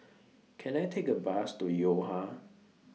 Can I Take A Bus to Yo Ha